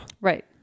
Right